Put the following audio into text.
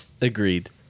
Agreed